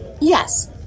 Yes